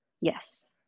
Yes